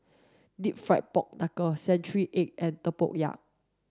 deep fried pork knuckle century egg and Tempoyak